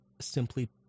simply